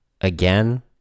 again